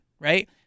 right